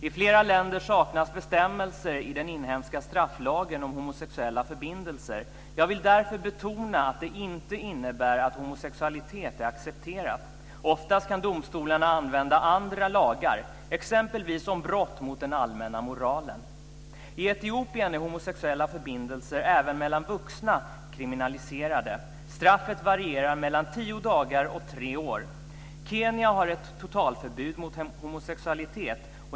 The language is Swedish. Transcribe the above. I flera länder saknas bestämmelser i den inhemska strafflagen om homosexuella förbindelser. Jag vill därför betona att det inte innebär att homosexualitet är accepterat. Oftast kan domstolarna använda andra lagar, exempelvis om brott mot den allmänna moralen. I Etiopien är homosexuella förbindelser, även mellan vuxna, kriminaliserade. Straffet varierar mellan tio dagar och tre år. Kenya har ett totalförbud mot homosexualitet.